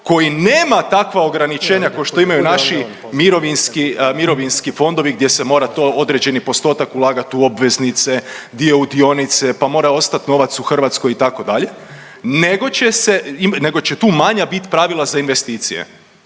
koji nema takva ograničenja ko što imaju naši mirovinski fondovi gdje se mora to određeni postotak ulagat u obveznice, dio u dionice, pa mora ostat novac u Hrvatskoj itd. nego će tu manja bit pravila za investicije.